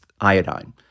iodine